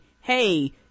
hey